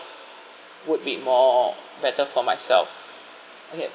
would be more better for myself okay